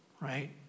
Right